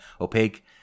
opaque